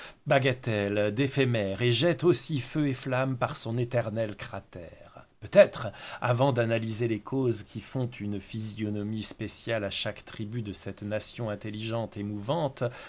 bagatelles d'éphémères et jette aussi feu et flamme par son éternel cratère peut-être avant d'analyser les causes qui font une physionomie spéciale à chaque tribu de cette nation intelligente et mouvante